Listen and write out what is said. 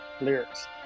lyrics